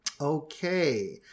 Okay